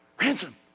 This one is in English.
Ransom